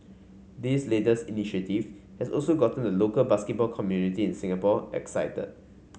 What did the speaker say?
this latest initiative has also gotten the local basketball community in Singapore excited